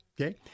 Okay